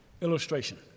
illustration